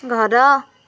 ଘର